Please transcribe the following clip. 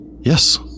Yes